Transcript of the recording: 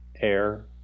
air